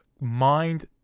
mind